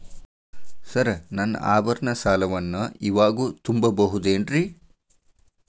Sir ನನ್ನ ಆಭರಣ ಸಾಲವನ್ನು ಇವಾಗು ತುಂಬ ಬಹುದೇನ್ರಿ?